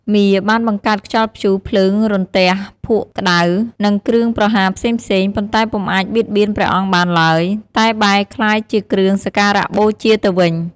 មារបានបង្កើតខ្យល់ព្យុះ ភ្លើង រន្ទះ ភក់ក្តៅ និងគ្រឿងប្រហារផ្សេងៗ ប៉ុន្តែពុំអាចបៀតបៀនព្រះអង្គបានឡើយ តែបែរក្លាយជាគ្រឿងសក្ការបូជាទៅវិញ។